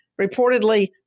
reportedly